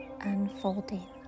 unfolding